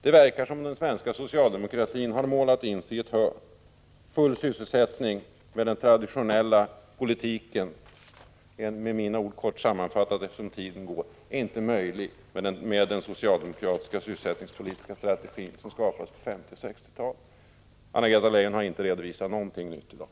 Det verkar som om den svenska socialdemokratin har målat in sig i ett hörn.” Full sysselsättning är, sade han vidare, inte möjlig med den socialdemokratiska sysselsättningspolitiska strategi som skapades på 1950 och 1960-talen. Anna-Greta Leijon har inte redovisat någonting nytt i dag.